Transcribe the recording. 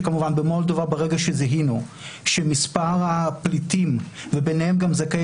כמובן שברגע שזיהינו במולדובה שמספר הפליטים וביניהם זכאי